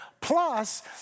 plus